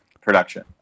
production